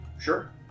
Sure